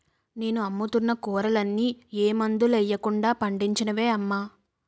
నేను అమ్ముతున్న కూరలన్నీ ఏ మందులెయ్యకుండా పండించినవే అమ్మా